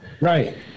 Right